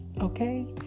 okay